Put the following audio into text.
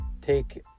take